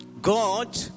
God